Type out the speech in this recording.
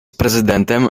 prezydentem